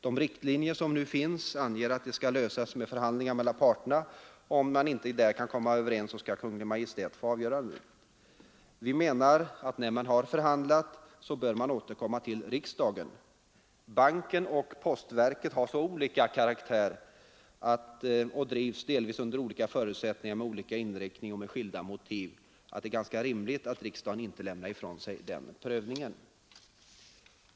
De riktlinjer som nu finns anger att de skall lösas med förhandlingar mellan parterna och, om man inte där kan komma överens, att Kungl. Maj:t får avgörandet. Vi menar att när man har förhandlat, så bör man återkomma till riksdagen. Banken och postverket har olika karaktär, och de drivs delvis under olika förutsättningar, med olika inriktning och med skilda motiv. Det är ganska rimligt att riksdagen inte lämnar ifrån sig den prövningen.